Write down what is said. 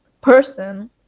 person